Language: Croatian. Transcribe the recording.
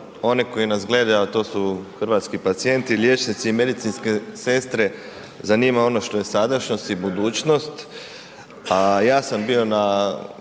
oni koji nas gledaju, a to hrvatski pacijenti, liječnici i medicinske sestre zanima ono što je sadašnjost i budućnost, a ja sam bio na